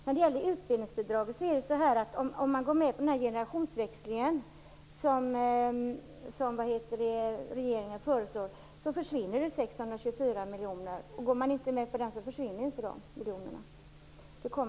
När det gäller utbildningsbidraget är det så här: Om man går med på den generationsväxling som regeringen nu föreslår försvinner 624 miljoner. Går man inte med på den växlingen försvinner de inte.